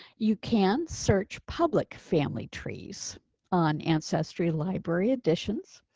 you can search public family trees on ancestry library edition.